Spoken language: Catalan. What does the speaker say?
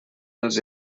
dels